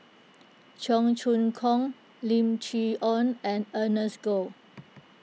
Cheong Choong Kong Lim Chee Onn and Ernest Goh